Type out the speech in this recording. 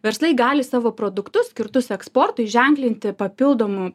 verslai gali savo produktus skirtus eksportui ženklinti papildomu